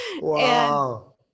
Wow